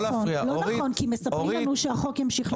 לא נכון, כי מספרים לנו שהחוק ימשיך לעבוד.